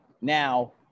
Now